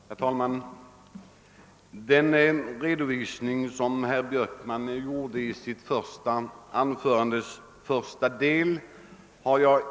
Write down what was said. Herr talman! Jag har ingen anmärkning att rikta mot den redovisning som herr Björkman gjorde i sitt första anförandes första del.